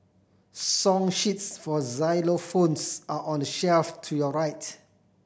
song sheets for xylophones are on the shelf to your rights